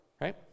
right